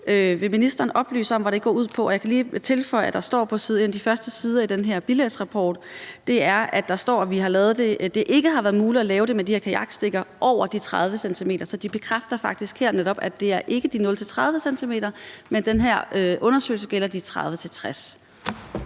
Vil ministeren oplyse, hvad det går ud på? Jeg vil lige tilføje, at der på en af de første sider i den her rapport står, at det ikke har været muligt at bruge de her kajakrør over de 30 cm. Så de bekræfter faktisk netop her, at det i den her undersøgelse ikke gælder de 0-30 cm,